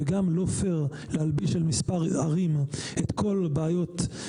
וגם לא פייר להלביש על מספר ערים את כל הבעיות,